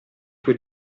tue